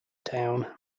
town